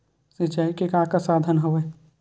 सिंचाई के का का साधन हवय?